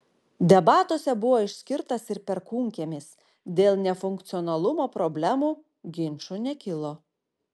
debatuose buvo išskirtas ir perkūnkiemis dėl nefunkcionalumo problemų ginčų nekilo